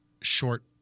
short